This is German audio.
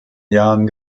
jahren